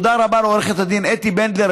תודה רבה לעו"ד אתי בנדלר,